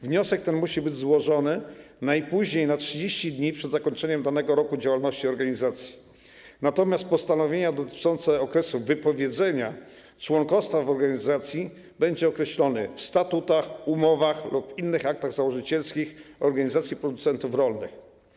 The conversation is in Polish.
Wniosek ten musi być złożony najpóźniej na 30 dni przed zakończeniem danego roku działalności organizacji, natomiast postanowienia dotyczące okresu wypowiedzenia członkostwa w organizacji będą określone w statutach, umowach lub innych aktach założycielskich organizacji producentów rolnych.